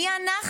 מי אנחנו